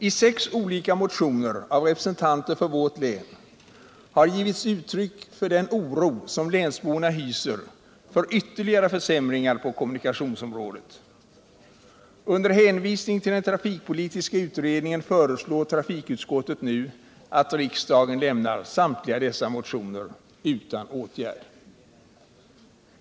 I sex olika motioner av representanter för vårt län har givits uttryck för den oro som länsborna hyser för ytterligare försämringar på kommunikationsområdet. Under hänvisning till den trafikpolitiska utredningen föreslår trafikutskottet nu att riksdagen lämnar samtliga dessa motioner utan åtgärd.